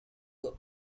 could